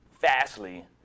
fastly